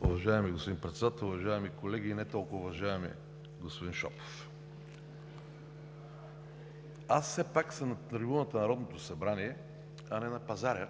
Уважаеми господин Председател, уважаеми колеги и не толкова уважаеми господин Шопов! (Смях и реплики.) Аз все пак съм на трибуната на Народното събрание, а не на пазара